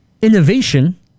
Innovation